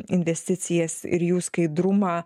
investicijas ir jų skaidrumą